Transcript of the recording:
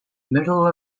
middle